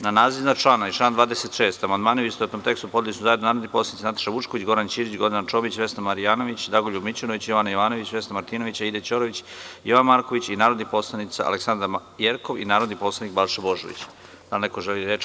Na naziv iznad člana i član 26. amandmane u istovetnom tekstu podneli su zajedno narodni poslanici Nataša Vučković, Goran Ćirić, Gordana Čomić, Vesna Marjanović, Dragoljub Mićunović, Jovana Jovanović, Vesna Martinović, Aida Ćorović i Jovan Marković, narodni poslanici mr Aleksandra Jerkov i narodni poslanik Balša Božović.